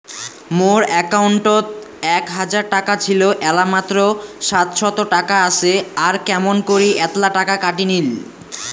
মোর একাউন্টত এক হাজার টাকা ছিল এলা মাত্র সাতশত টাকা আসে আর কেমন করি এতলা টাকা কাটি নিল?